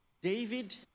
David